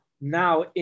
Now